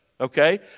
okay